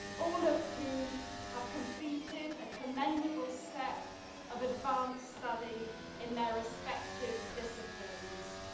all of whom have completed a commendable step of advanced study in their respective disciplines.